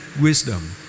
wisdom